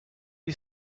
you